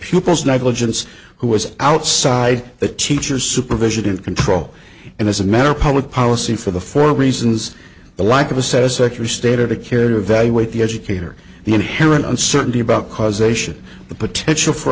pupil's negligence who was outside the teacher's supervision and control and as a matter of public policy for the for reasons the like of a set a secular state or to care evaluate the educator the inherent uncertainty about causation the potential for